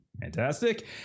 Fantastic